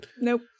nope